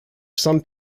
some